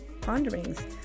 ponderings